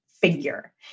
figure